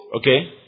Okay